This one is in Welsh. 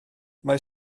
mae